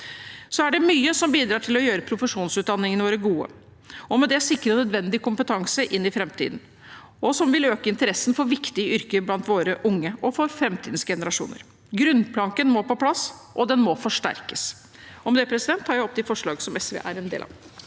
Det er mye som bidrar til å gjøre profesjonsutdanningene våre gode, og som med det sikrer nødvendig kompetanse inn i framtiden og vil øke interessen for viktige yrker blant våre unge og for framtidens generasjoner. Grunnplanken må på plass, og den må forsterkes. Med det tar jeg opp de forslagene SV er med på.